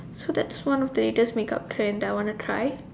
so that's one of the latest make up trend that I want to try